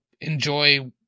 enjoy